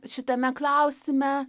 šitame klausime